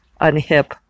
unhip